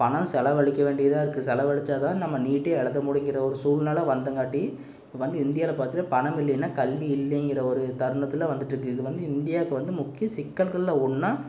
பணம் செலவழிக்க வேண்டியதாக இருக்குது செலவழிச்சால்தான் நம்ம நீட்டே எழுதமுடியுங்கிற ஒரு சூழ்நெலை வந்தங்காட்டி இப்போ வந்து இந்தியாவில பார்த்தினா பணம் இல்லைன்னா கல்வி இல்லைங்கிற ஒரு தருணத்தில் வந்துட்டிருக்கு இதுவந்து இந்தியாவுக்கு வந்த முக்கிய சிக்கல்கள்ல ஒன்றா